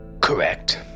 Correct